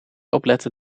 opletten